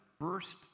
first